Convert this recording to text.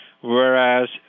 whereas